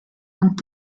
und